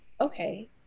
okay